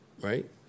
right